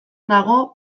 dago